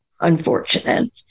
unfortunate